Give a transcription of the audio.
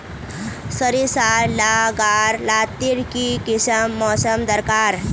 सरिसार ला गार लात्तिर की किसम मौसम दरकार?